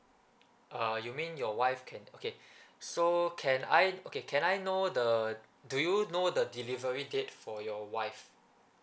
uh you mean your wife can okay so can I okay can I know the do you know the delivery date for your wife